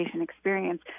experience